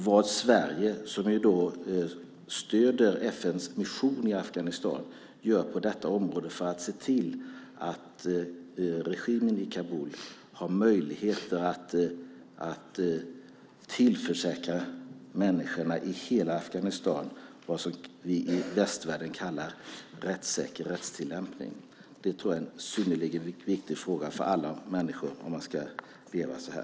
Vad gör Sverige, som ju stöder FN:s mission i Afghanistan, på detta område för att se till att regimen i Kabul har möjligheter att tillförsäkra människorna i hela Afghanistan vad vi i västvärlden kallar en rättssäker rättstillämpning? Det tror jag är en synnerligen viktig fråga för alla människor, om man ska leva så här.